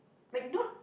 like not